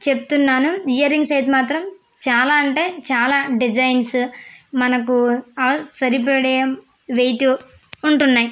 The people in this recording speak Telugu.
చెప్తున్నాను ఇయర్ రింగ్స్ అయితే మాత్రం చాలా అంటే చాలా డిజైన్స్ మనకి సరిపడే వెయిట్ ఉంటున్నాయి